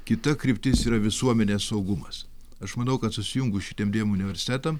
kita kryptis yra visuomenės saugumas aš manau kad susijungus šitiem dviem universitetam